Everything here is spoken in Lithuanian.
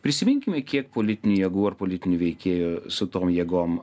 prisiminkime kiek politinių jėgų ar politinių veikėjų su tom jėgom